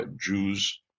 Jews